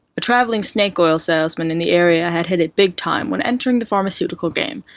a traveling snake-oyl salesman in the area had hit it bigtime when entering the pharmaceutical game,